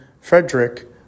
Frederick